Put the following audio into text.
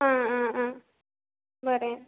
आं आं आं बरें येता